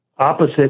opposite